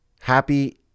happy